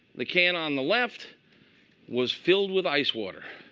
the can on the left was filled with ice water.